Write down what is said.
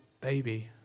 baby